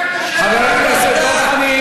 לא בדק את השאלה הזאת,